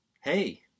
hey